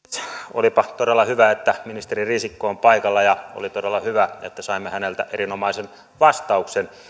olipa todella hyvä että ministeri risikko on paikalla ja oli todella hyvä että saimme häneltä erinomaisen vastauksen